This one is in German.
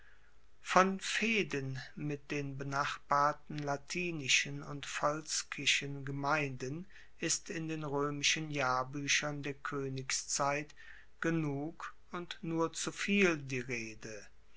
von fehden mit den benachbarten latinischen und volskischen gemeinden ist in den roemischen jahrbuechern der koenigszeit genug und nur zuviel die rede